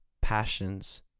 passions